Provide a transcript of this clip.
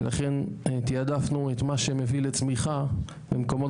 ולכן תיעדפנו את מה שמביא לצמיחה במקומות